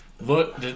look